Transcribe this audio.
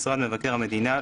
משרד מבקר המדינה,